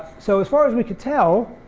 so as far as we could tell,